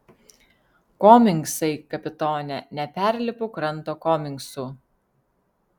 komingsai kapitone neperlipu kranto komingsų